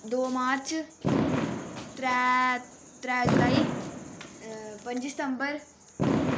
दो मार्च त्रै त्रै जुलाई पंजी सतम्बर